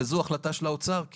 וזו החלטה של האוצר,